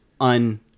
un